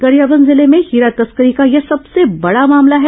गरियाबंद जिले में हीरा तस्करी का यह सबसे बड़ा मामला है